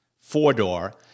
four-door